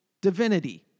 Divinity